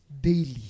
Daily